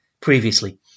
previously